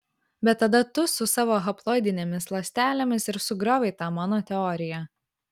bet tada tu su savo haploidinėmis ląstelėmis ir sugriovei tą mano teoriją